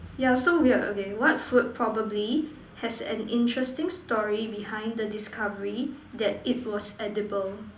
yeah so weird okay what food probably has an interesting story behind the discovery that it was edible